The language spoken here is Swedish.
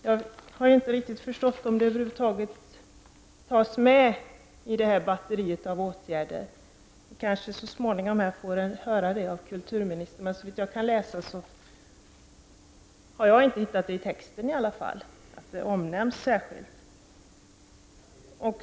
Jag har inte riktigt förstått om den frågan över huvud taget finns med i batteriet av åtgärder, men jag har inte kunnat se att den omnämns särskilt i betänkandet. Vi kanske får höra det så småningom av kulturministern.